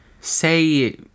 Say